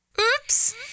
Oops